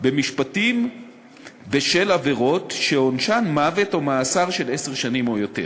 במשפטים בשל עבירות שעונשן מוות או מאסר של עשר שנים או יותר.